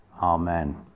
Amen